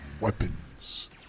weapons